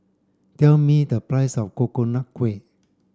tell me the price of Coconut Kuih